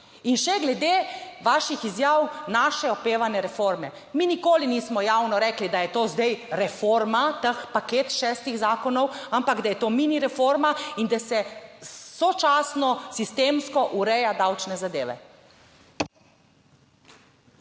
In še glede vaših izjav, naše opevane reforme. Mi nikoli nismo javno rekli, da je to zdaj reforma teh paket šestih zakonov, ampak, da je to mini reforma in da se sočasno sistemsko ureja davčne zadeve.